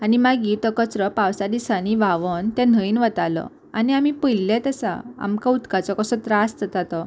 आनी मागीर तो कचरो पावसा दिसांनी व्हांवून तें न्हंयन वतालो आनी आमी पयल्लेत आसा आमकां उदकाचो कसो त्रास जाता तो